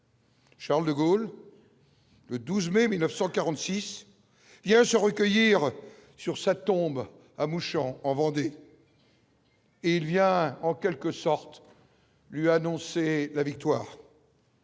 Charles de Gaulle le 12 mai 1946 il y a, se recueillir sur sa tombe à mouchant en Vendée et il y a en quelque sorte lui annoncer la victoire.